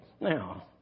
Now